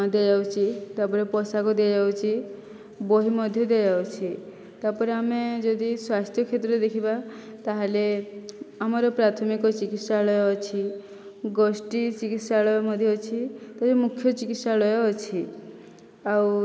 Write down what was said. ଦିଆଯାଉଛି ତା'ପରେ ପୋଷାକ ଦିଆଯାଉଛି ବହି ମଧ୍ୟ ଦିଆଯାଉଛି ତା'ପରେ ଆମେ ଯଦି ସ୍ୱାସ୍ଥ୍ୟ କ୍ଷେତ୍ରରେ ଦେଖିବା ତା'ହେଲେ ଆମର ପ୍ରାଥମିକ ଚିକିତ୍ସାଳୟ ଅଛି ଗୋଷ୍ଠୀ ଚିକିତ୍ସାଳୟ ମଧ୍ୟ ଅଛି ମୁଖ୍ୟ ଚିକିତ୍ସାଳୟ ଅଛି ଆଉ